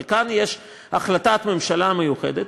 אבל כאן יש החלטת ממשלה מיוחדת,